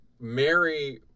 Mary